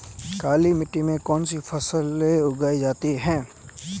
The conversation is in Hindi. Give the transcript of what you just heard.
काली मिट्टी में कौनसी फसलें उगाई जा सकती हैं?